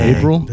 April